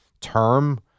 term